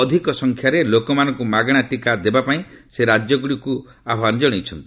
ଅଧିକ ସଂଖ୍ୟାରେ ଲୋକମାନଙ୍କୁ ମାଗଣା ଟିକା ଦେବା ପାଇଁ ସେ ରାଜ୍ୟଗୁଡ଼ିଙ୍କୁ ଆହ୍ୱାନ ଜଣାଇଛନ୍ତି